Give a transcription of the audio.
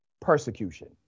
persecution